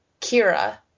Kira